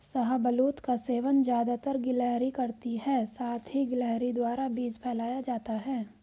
शाहबलूत का सेवन ज़्यादातर गिलहरी करती है साथ ही गिलहरी द्वारा बीज फैलाया जाता है